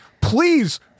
please